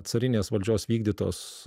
carinės valdžios vykdytos